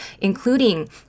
including